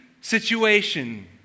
situation